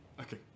Okay